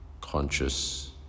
conscious